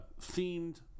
themed